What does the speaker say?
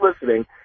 listening